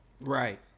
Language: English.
Right